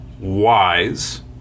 wise